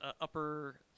upper